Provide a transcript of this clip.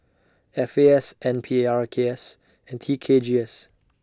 F A S N P A R K S and T K G S